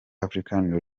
african